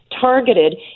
targeted